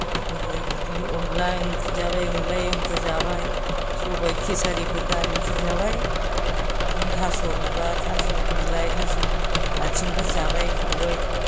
गोदो बिदिनो अनद्ला ओंख्रि जाबाय अनद्ला एवनाय जाबाय सबाय खेसारिफोर दालिफोर जाबाय बिदिनो थास' बिबार थास' बिलाइ थास' आथिंफोर जाबाय संबाय